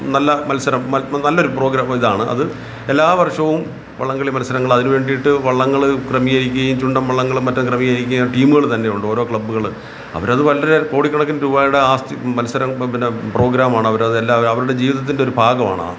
നല്ല മത്സരം നല്ലൊരു പ്രോഗ്ര ഇതാണ് അത് എല്ലാവർഷവും വള്ളംകളി മത്സരങ്ങളതിന് വേണ്ടിയിട്ട് വള്ളങ്ങള് ക്രമീകരിക്കുകയും ചുണ്ടൻ വള്ളങ്ങളും മറ്റും ക്രമികരിക്കുകയും ടീമുകള് തന്നെ ഉണ്ട് ഓരോ ക്ലബ്ബുകള് അവരത് വളരെ കോടിക്കണക്കിന് രൂപയുടെ ആസ്തി മത്സരം പിന്നെ പ്രോഗ്രാമാണതവരത് എല്ലാം അവരുടെ ജീവിതത്തിന്റെ ഒരു ഭാഗമാണാ